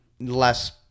Less